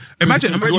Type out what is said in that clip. imagine